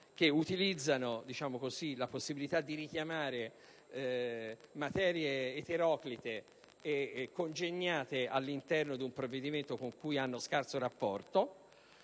che utilizzano la possibilità di richiamare materie eteroclite e congegnate all'interno di un provvedimento con cui hanno scarso rapporto.